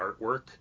artwork